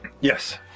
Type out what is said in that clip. Yes